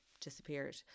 disappeared